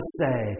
say